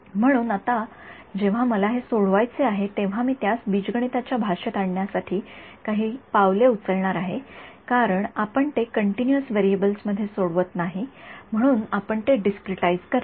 म्हणून आता जेव्हा मला हे सोडवायचे आहे तेव्हा मी त्यास बीजगणिताच्या भाषेत आणण्यासाठी काही पावले उचलणार आहे कारण आपण ते कॉन्टीन्यूअस व्हेरिएबल्स मध्ये सोडवत नाही म्हणून आपण ते डिस्क्रिटाईज करतो